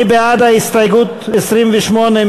מי בעד הסתייגות 28?